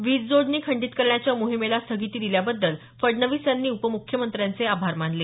वीज जोडणी खंडीत करण्याच्या मोहिमेला स्थगिती दिल्याबद्दल फडणवीस यांनी उपमुख्यमंत्र्यांचे आभार मानले